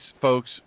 folks